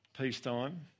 peacetime